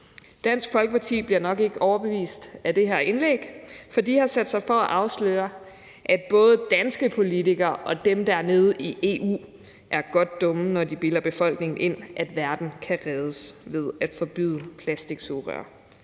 Dansk Folkeparti bliver nok ikke overbevist af det her indlæg, for de har sat sig for at afsløre, at både danske politikere og dem der nede i EU er godt dumme, når de bilder befolkningen ind, at verden kan reddes ved at forbyde plastiksugerør